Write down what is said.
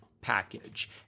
package